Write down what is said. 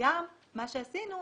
וגם מה שעשינו,